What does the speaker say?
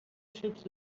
ships